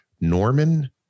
Norman